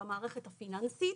והמערכת הפיננסית.